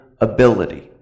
ability